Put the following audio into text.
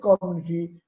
community